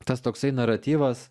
tas toksai naratyvas